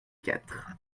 quatre